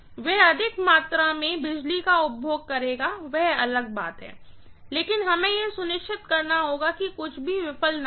वह अधिक मात्रा में बिजली का उपभोग करेगा वह अलग है लेकिन मुझे यह सुनिश्चित करना होगा कि कुछ भी विफल न हो